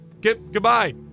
Goodbye